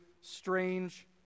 strange